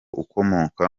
ukomoka